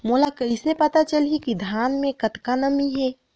मोला कइसे पता चलही की धान मे कतका नमी हे?